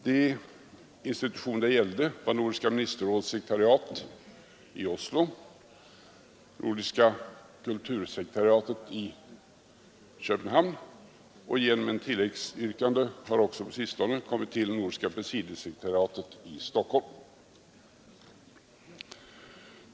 De institutioner det gällde var Nordiska ministerrådets sekretariat i Oslo, sekretariatet för nordiskt kulturellt samarbete i Köpenhamn, och genom ett tilläggsyrkande har också på sistone tillkommit nordiska presidiesekretariatet i Stockholm.